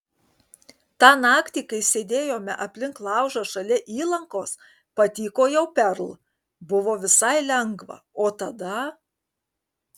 tą naktį kai sėdėjome aplink laužą šalia įlankos patykojau perl buvo visai lengva o tada